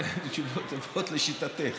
אין לי תשובות טובות לשיטתך.